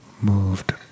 moved